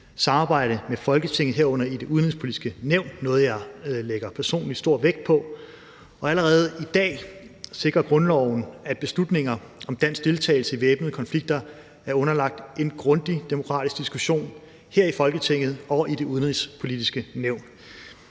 samarbejde med Folketinget, herunder Det Udenrigspolitiske Nævn – noget, jeg personligt lægger stor vægt på. Allerede i dag sikrer grundloven, at beslutninger om dansk deltagelse i væbnede konflikter er underlagt en grundig demokratisk diskussion her i Folketinget og i Det Udenrigspolitiske Nævn.